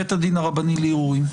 בית הדין הרבני לערעורים.